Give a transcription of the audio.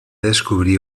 descobrí